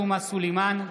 סלימאן,